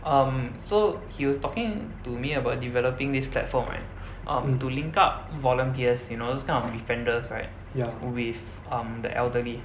um so he was talking to me about developing this platform right um to linkup volunteers you know those kind of befrienders right with um the elderly